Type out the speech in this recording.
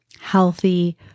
healthy